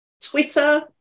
Twitter